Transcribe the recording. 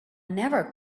never